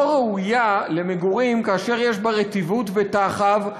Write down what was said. ראויה למגורים כאשר יש בה רטיבות וטחב,